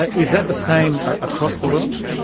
ah is that the same across the world?